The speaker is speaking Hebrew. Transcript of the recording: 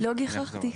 לא גיחכתי.